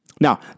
Now